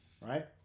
right